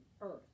earth